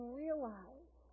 realize